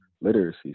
literacy